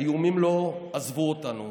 האיומים לא עזבו אותנו.